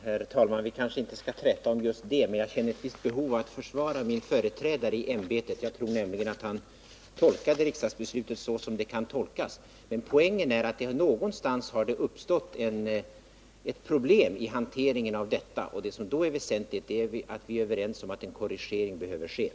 Herr talman! Nej, vi kanske inte skall träta om just det, men jag känner ett visst behov av att försvara min företrädare i ämbetet. Jag tror nämligen att han tolkade riksdagsbeslutet så som det måste tolkas. Poängen är att det någonstans har uppstått ett problem i hanteringen av detta, och det som då är väsentligt är att vi är överens om att en korrigering behöver göras.